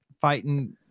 fighting